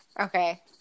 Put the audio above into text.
Okay